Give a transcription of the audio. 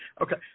Okay